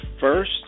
first